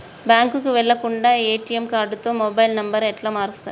బ్యాంకుకి వెళ్లకుండా ఎ.టి.ఎమ్ కార్డుతో మొబైల్ నంబర్ ఎట్ల మారుస్తరు?